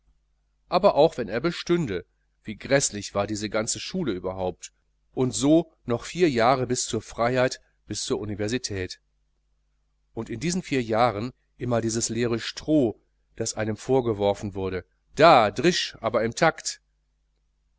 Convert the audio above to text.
aber auch wenn er bestünde wie gräßlich war diese ganze schule überhaupt und so noch vier jahre bis zur freiheit bis zur universität und in diesen vier jahren immer dieses leere stroh das einem vorgeworfen wurde da drisch aber im takt